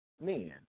men